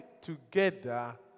together